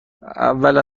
اولا